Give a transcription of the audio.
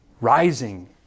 rising